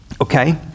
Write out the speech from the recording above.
okay